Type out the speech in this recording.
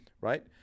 right